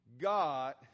God